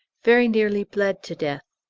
very nearly bled to death.